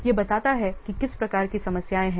यह बताता है कि किस प्रकार की समस्याएं हैं